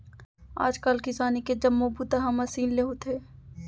आज काल किसानी के जम्मो बूता ह मसीन ले होथे